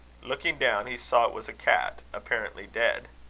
looking down, he saw it was a cat, apparently dead.